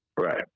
Right